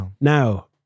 Now